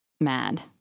mad